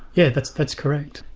yeah that's that's correct.